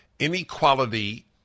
Inequality